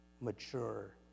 mature